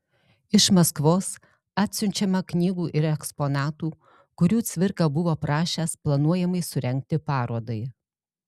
iš maskvos atsiunčiama knygų ir eksponatų kurių cvirka buvo prašęs planuojamai surengti parodai